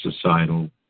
societal